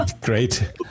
great